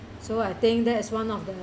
so I think that is one of the